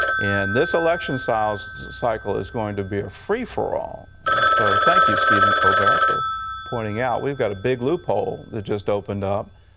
and this election cycle cycle is going to be a free-for-all. so thank you steven colbert for pointing out we've got a big loophole that just opened up.